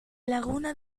laguna